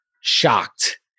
shocked